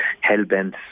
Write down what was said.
hell-bent